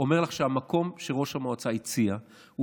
אומר לך שהמקום שראש המועצה הציע הוא